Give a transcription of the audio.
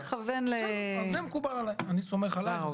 בסדר אז זה מקובל עלי, אני סומך עלייך.